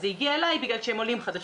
זה הגיע אליי בגלל שהם עולים חדשים,